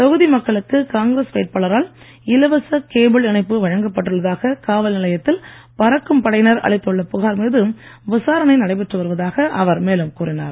தொகுதி மக்களுக்கு காங்கிரஸ் வேட்பாளரால் இலவச கேபிள் இணைப்பு வழங்கப் பட்டுள்ளதாக காவல் நிலையத்தில் பறக்கும் படையினர் அளித்துள்ள புகார் மீது விசாரணை நடைபெற்று வருவதாக அவர் மேலும் கூறினார்